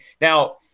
Now